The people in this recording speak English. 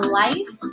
life